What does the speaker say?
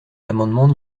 l’amendement